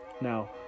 Now